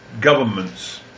governments